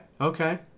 Okay